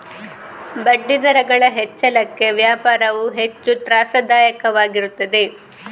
ಬಡ್ಡಿದರಗಳ ಹೆಚ್ಚಳಕ್ಕೆ ವ್ಯಾಪಾರವು ಹೆಚ್ಚು ತ್ರಾಸದಾಯಕವಾಗಿರುತ್ತದೆ